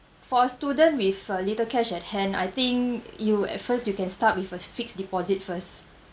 for a student with uh little cash at hand I think you at first you can start with a fixed deposit first